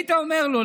היית אומר לו,